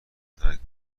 ترک